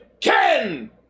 Ken